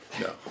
No